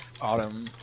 autumn